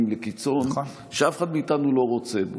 לקיצון שאף אחד מאיתנו לא רוצה בו.